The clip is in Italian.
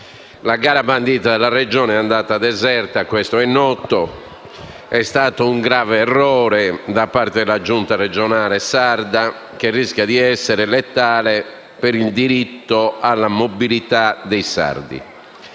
La gara bandita dalla Regione è andata deserta - questo è noto - ed è stato un grave errore da parte della Giunta regionale sarda, che rischia di essere letale per il diritto alla mobilità dei sardi.